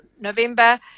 November